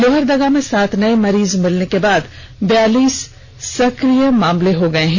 लोहरदगा में सात नए मरीज मिलने के बाद बयालीस सक्रिय मामले हो गए हैं